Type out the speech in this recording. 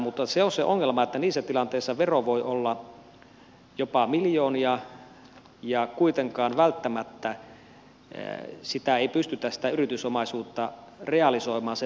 mutta se on se ongelma että niissä tilanteissa vero voi olla jopa miljoonia ja kuitenkaan välttämättä ei pystytä sitä yritysomaisuutta realisoimaan sen veron maksamiseksi